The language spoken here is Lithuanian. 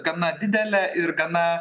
gana didelė ir gana